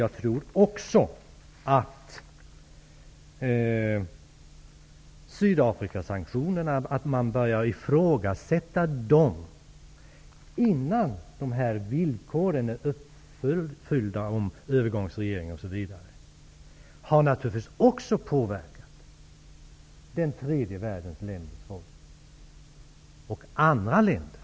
Jag tror att det faktum att man började ifrågasätta Sydafrikasanktionerna innan villkoren för en övergångsregering osv. var uppfyllda, också har påverkat inställningen i tredje världens länder och andra länder.